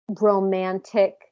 romantic